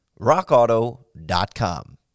rockauto.com